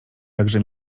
jakże